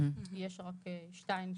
יש רק שתיים,